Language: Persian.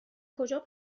کجا